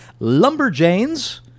Lumberjanes